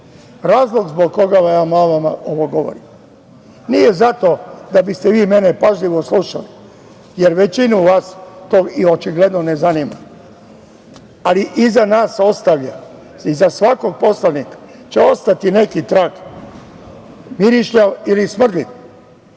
zbog koga vam ovo govorim nije zato da biste vi mene pažljivo slušali, jer većinu vas to očigledno ne zanima, ali iza nas ostavlja, iza svakog poslanika će ostati neki trag, mirišljav ili smrdljiv.